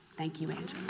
thank you, and